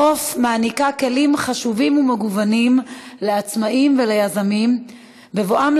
"מעוף" מעניקה כלים חשובים ומגוונים לעצמאים וליזמים בבואם